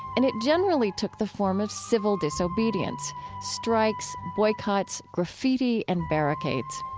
and it generally took the form of civil disobedience strikes, boycotts, graffiti and barricades.